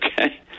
Okay